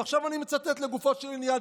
עכשיו אני מצטט לגופו של עניין,